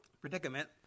Predicament